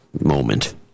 moment